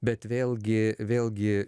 bet vėlgi vėlgi